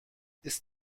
ist